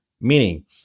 meaning